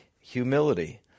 humility